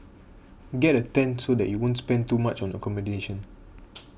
get a tent so that you won't spend too much on accommodation